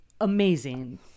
amazing